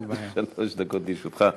אדוני, שלוש דקות לרשותך.